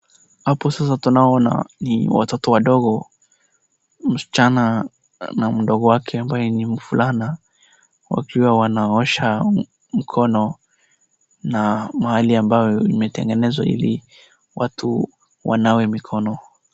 Hapo sasa tunaona ni watoto wadogo, msichana na mdogo wake ambaye ni mvulana wakiwa wanaosha mkono na mahali amabyao imetengenezwa ili watu wanawe mikono.